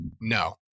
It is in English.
no